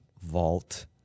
Vault